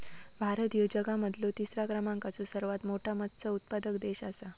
भारत ह्यो जगा मधलो तिसरा क्रमांकाचो सर्वात मोठा मत्स्य उत्पादक देश आसा